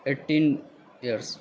eighteen years